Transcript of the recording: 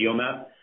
geomap